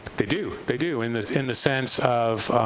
they do. they do, in the in the sense of,